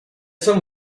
some